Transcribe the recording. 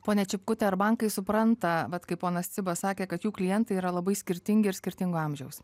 pone čipkute ar bankai supranta vat kaip ponas cibas sakė kad jų klientai yra labai skirtingi ir skirtingo amžiaus